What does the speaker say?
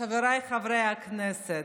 חבריי חברי הכנסת,